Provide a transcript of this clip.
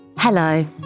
Hello